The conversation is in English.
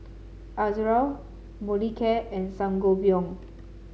Ezerra Molicare and Sangobion